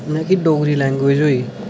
न कि डोगरी लैंगविज होई